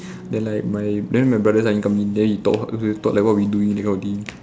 then like my then my brother like come in then he thought halfway thought like what we doing that kind of thing